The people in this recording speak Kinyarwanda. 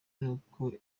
n’uko